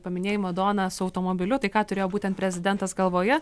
paminėjai madona su automobiliu tai ką turėjo būtent prezidentas galvoje